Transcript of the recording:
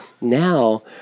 now